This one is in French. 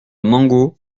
mango